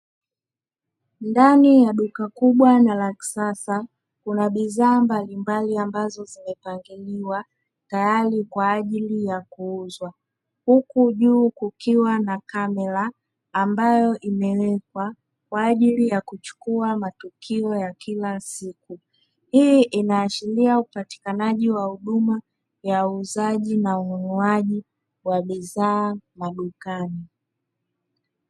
Ndani ya duka kubwa na la kisasa kuna bidhaa mbalimbali ambazo zimepangiliwa tayari kwaajili ya kuuzwa, huku juu kukiwa na camera ambayo imewekwa kwaajili ya kuchukua matukio kila siku. Hii inaashiria upatikanaji wa huduma ya uuzaji na ununaji wa bidhaa madukani.